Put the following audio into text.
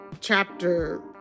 chapter